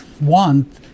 Want